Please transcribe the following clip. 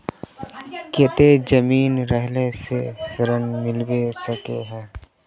केते जमीन रहला से ऋण मिलबे सके है?